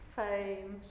fame